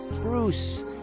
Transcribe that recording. Bruce